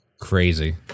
Crazy